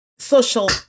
Social